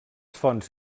fonts